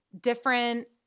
different